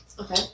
Okay